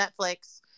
Netflix